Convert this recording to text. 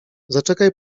zaczekaj